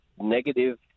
negative